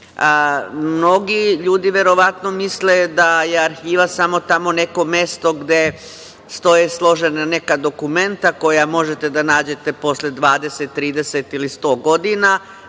ljudi verovatno misle da je arhiva samo tamo neko mesto gde stoje složena neka dokumenta koja možete da nađete posle 20, 30 ili 100 godina.